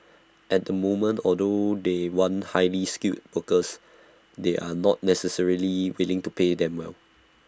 at the moment although they want highly skilled workers they are not necessarily willing to pay them well